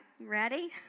Ready